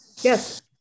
Yes